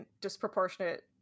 disproportionate